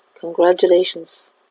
congratulations